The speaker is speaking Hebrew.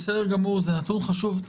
זה נתון חשוב.